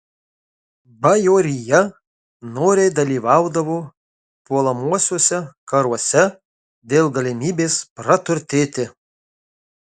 bajorija noriai dalyvaudavo puolamuosiuose karuose dėl galimybės praturtėti